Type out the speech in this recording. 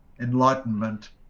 enlightenment